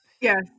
Yes